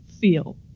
feel